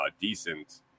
decent